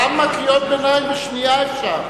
כמה קריאות ביניים אפשר בשנייה?